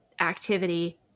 activity